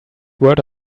word